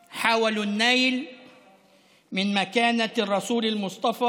להלן תרגומם: בעוד כמה ימים יחול יום הזיכרון ה-1,442